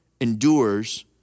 endures